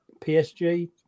PSG